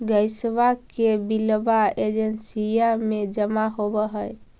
गैसवा के बिलवा एजेंसिया मे जमा होव है?